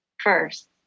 first